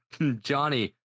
Johnny